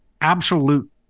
absolute